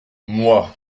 moi